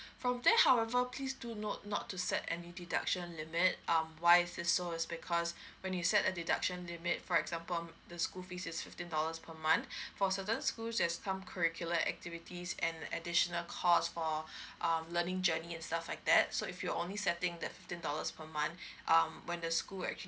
from there however please do note not to set any deduction limit um why it is so is because when you set a deduction limit for example the school fees is fifteen dollars per month for certain schools there's some curricular activities and additional cost or um learning journey and stuff like that so if you're only setting that fifteen dollars per month um when the school actually